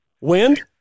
Wind